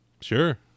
Sure